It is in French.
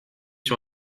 sur